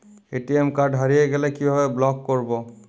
ATM card হারিয়ে গেলে কিভাবে ব্লক করবো?